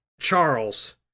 Charles